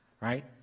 Right